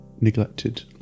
neglected